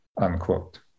Unquote